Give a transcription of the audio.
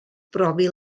brofi